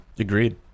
Agreed